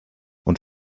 und